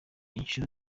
inshuro